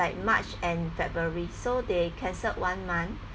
like march and february so they cancelled one month